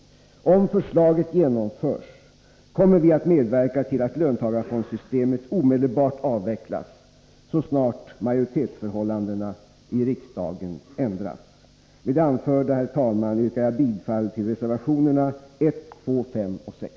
Om förslaget genomförs kommer vi att medverka till att löntagarfondssystemet omedelbart avvecklas så snart majoritetsförhållandena i riksdagen ändras. Med det anförda yrkar jag bifall till reservationerna 1, 2, 5 och 6.